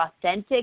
authentic